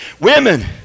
women